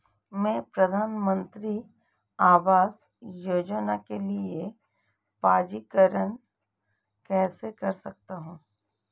मैं प्रधानमंत्री आवास योजना के लिए पंजीकरण कैसे कर सकता हूं?